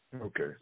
Okay